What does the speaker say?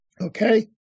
Okay